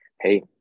Hey